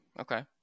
Okay